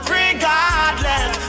regardless